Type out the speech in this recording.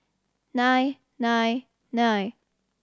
nine nine nine